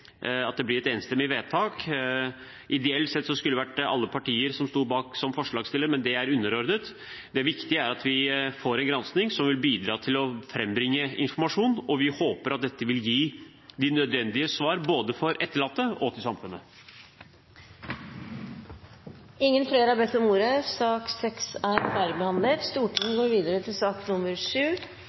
vedtak. Ideelt sett skulle det vært alle partier som sto bak som forslagsstillere, men det er underordnet. Det viktige er at vi får en granskning som vil bidra til å frambringe informasjon. Vi håper at dette vil gi de nødvendige svar, både for etterlatte og for samfunnet. Flere har ikke bedt om ordet til sak